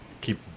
keep